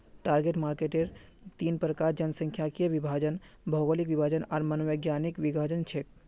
target marketer तीन प्रकार जनसांख्यिकीय विभाजन, भौगोलिक विभाजन आर मनोवैज्ञानिक विभाजन छेक